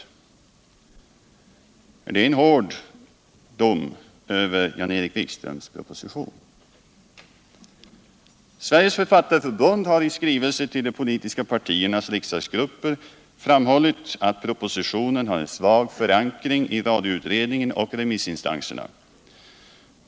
Det är en hård dom över Jan-Erik Wikströms proposition. Sveriges Författarförbund har i skrivelse till de politiska partiernas riksdagsgrupper framhållit att propositionen har en svag förankring i radioutredningen och remissinstanserna.